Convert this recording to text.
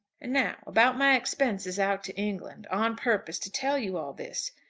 and now about my expenses out to england, on purpose to tell you all this.